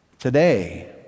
Today